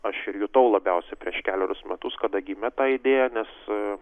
aš jutau labiausiai prieš kelerius metus kada gimė ta idėja nes